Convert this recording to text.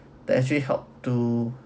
that actually help to